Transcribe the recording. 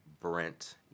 Brent